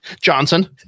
Johnson